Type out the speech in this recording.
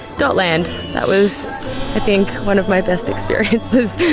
dot land, that was i think one of my best experiences.